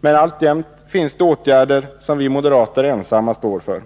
Men alltjämt finns det åtgärder som vi moderater ensamma står för.